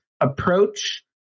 approach